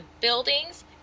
buildings